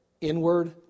Inward